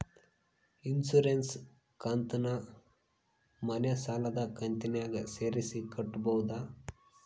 Insurance ಕಂತನ್ನ ಮನೆ ಸಾಲದ ಕಂತಿನಾಗ ಸೇರಿಸಿ ಕಟ್ಟಬೋದ?